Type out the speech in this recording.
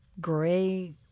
gray